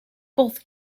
both